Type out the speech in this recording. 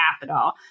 Capital